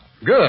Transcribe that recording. Good